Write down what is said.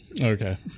okay